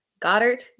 Goddard